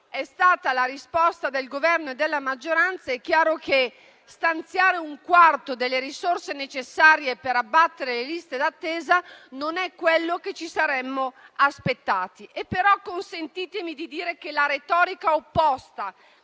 è stata la risposta del Governo e della maggioranza, è chiaro che stanziare un quarto delle risorse necessarie per abbattere le liste d'attesa non è quello che ci saremmo aspettati. Consentitemi però di dire che la retorica opposta,